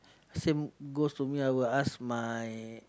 same goes to me I'll ask my